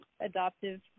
adoptive